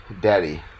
daddy